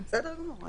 אני